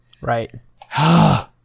right